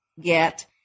get